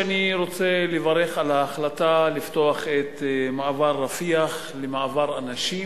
אני רוצה לברך על ההחלטה לפתוח את מעבר רפיח למעבר אנשים,